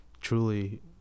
truly